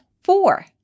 four